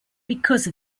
because